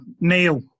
Neil